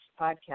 podcast